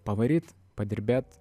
pavaryt padirbėt